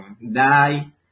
DAI